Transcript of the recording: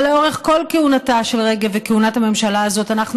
אבל לאורך כל כהונתה של רגב וכהונת הממשלה הזאת אנחנו